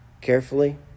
carefully